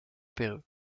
perreux